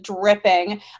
dripping